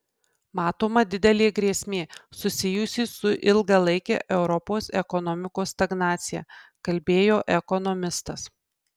matoma didelė grėsmė susijusi su ilgalaike europos ekonomikos stagnacija kalbėjo ekonomistas